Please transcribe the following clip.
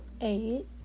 Eight